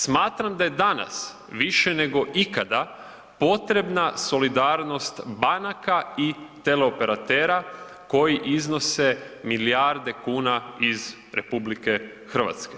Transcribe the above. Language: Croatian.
Smatram da je danas više nego ikada potrebna solidarnost banaka i teleoperatera koji iznose milijarde kuna iz RH.